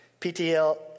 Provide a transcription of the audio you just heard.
PTL